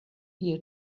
here